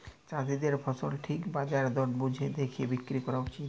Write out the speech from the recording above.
চাষীদের ফসল ঠিক বাজার দর বুঝে দ্যাখে বিক্রি ক্যরা উচিত